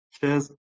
Cheers